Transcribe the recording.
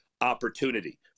opportunity